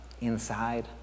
inside